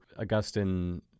augustine